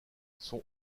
son